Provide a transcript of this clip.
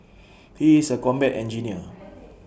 he is A combat engineer